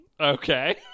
Okay